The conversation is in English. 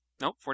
Nope